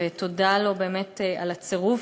ותודה לו באמת על הצירוף.